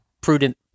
prudent